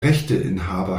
rechteinhaber